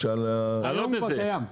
היום כבר קיים.